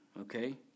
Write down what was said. okay